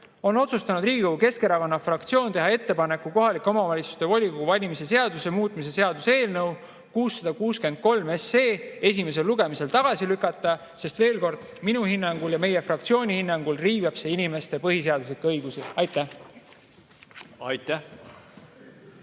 on otsustanud Riigikogu Keskerakonna fraktsioon teha ettepaneku kohaliku omavalitsuse volikogu valimise seaduse muutmise seaduse eelnõu 663 esimesel lugemisel tagasi lükata. Veel kord, minu hinnangul ja meie fraktsiooni hinnangul riivab see inimeste põhiseaduslikke õigusi. Aitäh! Aitäh!